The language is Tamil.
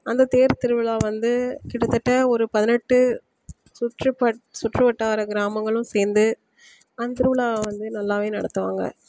அந்த தேர் திருவிழா வந்து கிட்டத்தட்ட ஒரு பதினெட்டு சுற்றுபட் சுற்றுவட்டார கிராமங்களும் சேர்ந்து அந்த திருவிழாவை வந்து நல்லாவே நடத்துவாங்க